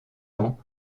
ans